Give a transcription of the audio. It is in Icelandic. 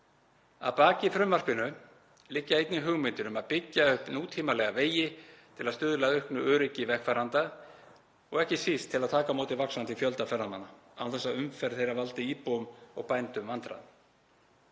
Að baki frumvarpinu liggja einnig hugmyndir um að byggja upp nútímalega vegi til að stuðla að auknu öryggi vegfarenda og ekki síst til að taka móti vaxandi fjölda ferðamanna, án þess að umferð þeirra valdi íbúum og bændum vandræðum.